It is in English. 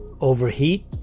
overheat